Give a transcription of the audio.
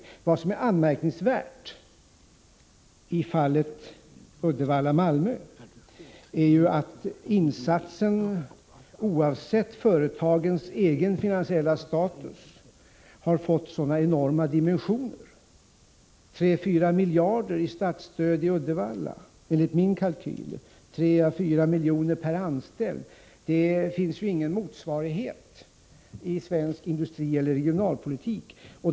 Men vad som är anmärkningsvärt i fallet Uddevalla-Malmö är ju att insatserna — oavsett företagens egen finansiella status — har fått sådana enorma dimensioner. Det rör sig om 3-4 miljarder i statsstöd till Uddevalla, och det innebär enligt min kalkyl 3 å 4 miljoner per anställd. Härtill finns det ingen motsvarighet i svensk industrieller regionalpolitik.